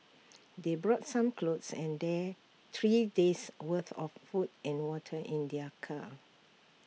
they brought some clothes and day three days' worth of food and water in their car